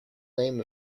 name